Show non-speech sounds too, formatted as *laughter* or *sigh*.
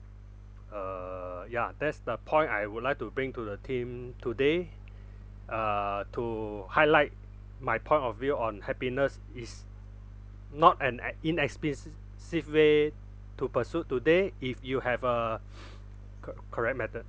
uh ya that's the point I would like to bring to the team today uh to highlight my point of view on happiness is not an ac~ inexpensi~ sive safe way to pursuit today if you have a *breath* cor~ correct method